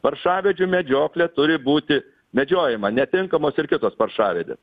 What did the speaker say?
paršavedžių medžioklė turi būti medžiojama netinkamos ir kitos paršavedės